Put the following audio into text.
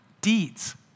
deeds